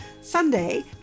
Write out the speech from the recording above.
Sunday